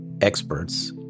experts